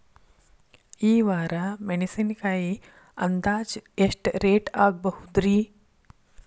ಈ ವಾರ ಮೆಣಸಿನಕಾಯಿ ಅಂದಾಜ್ ಎಷ್ಟ ರೇಟ್ ಆಗಬಹುದ್ರೇ?